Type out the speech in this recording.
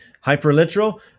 hyper-literal